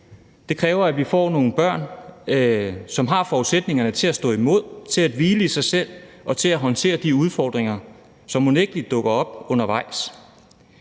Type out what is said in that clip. det kræver, at vi får nogle børn, som har forudsætningerne til at stå imod, til at hvile i sig selv og til at håndtere de udfordringer, som unægtelig dukker op undervejs.